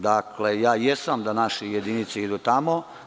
Dakle, ja jesam da naše jedinice idu tamo.